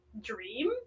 dream